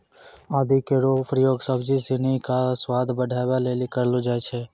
आदि केरो प्रयोग सब्जी सिनी क स्वाद बढ़ावै लेलि कयलो जाय छै